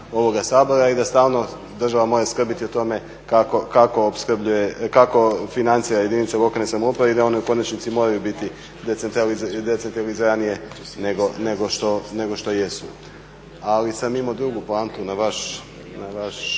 i da država stalno mora skrbiti o tome kako financira jedinice lokalne samouprave i da one u konačnici moraju biti decentraliziranije nego što jesu. Ali sam imao drugu poantu na vašu